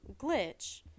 Glitch